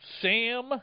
Sam